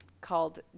called